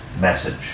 message